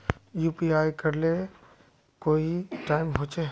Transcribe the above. UPI करे ले कोई टाइम होचे?